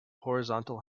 horizontal